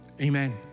amen